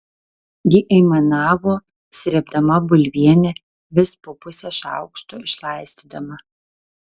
ji aimanavo srėbdama bulvienę vis po pusę šaukšto išlaistydama